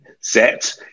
set